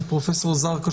פרופ' זרקא,